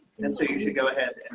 and and so you should go ahead and